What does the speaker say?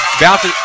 bounce